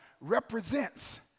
represents